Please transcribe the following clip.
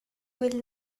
will